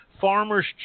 farmers